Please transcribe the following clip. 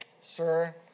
sir